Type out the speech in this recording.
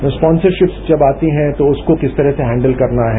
sponsorship जब आती हैं तो उसको किस तरह से हैंडल करना है